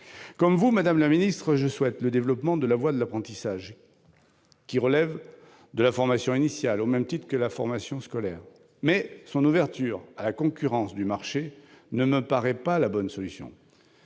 Comme vous, madame la ministre, je souhaite le développement de la voie de l'apprentissage, qui relève de la formation initiale, au même titre que la formation scolaire. Mais son ouverture à la concurrence du marché ne me paraît pas la bonne solution.